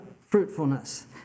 fruitfulness